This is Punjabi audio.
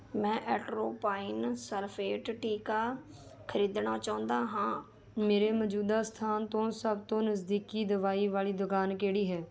ਮੈਂ ਐਟ੍ਰੋਪਾਈਨ ਸਲਫੇਟ ਟੀਕਾ ਖਰੀਦਣਾ ਚਾਹੁੰਦਾ ਹਾਂ ਮੇਰੇ ਮੌਜੂਦਾ ਸਥਾਨ ਤੋਂ ਸਭ ਤੋਂ ਨਜ਼ਦੀਕੀ ਦਵਾਈ ਵਾਲੀ ਦੁਕਾਨ ਕਿਹੜੀ ਹੈ